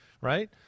right